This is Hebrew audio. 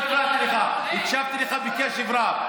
הקשבתי לך בקשב רב.